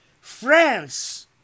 France